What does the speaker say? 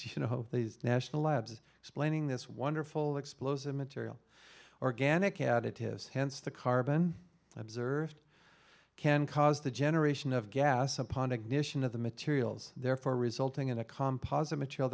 this these national labs explaining this wonderful explosive material organic additives hence the carbon observed can cause the generation of gas upon ignition of the materials therefore resulting in a composite material